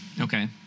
Okay